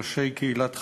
ראשי קהילת חב"ד,